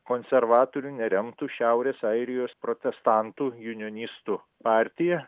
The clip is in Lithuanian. konservatorių neremtų šiaurės airijos protestantų junionistų partija